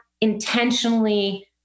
intentionally